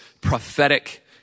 prophetic